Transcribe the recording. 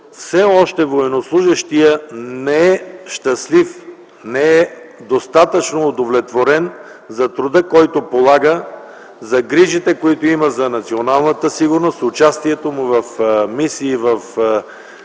все още военнослужещият не е щастлив, не е достатъчно удовлетворен за труда, който полага, за грижите, които има за националната сигурност, участието му в мисии в чужбина.